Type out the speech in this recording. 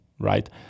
Right